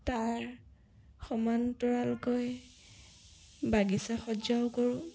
তাৰ সমান্তৰালকৈ বাগিচা সজ্জাও কৰোঁ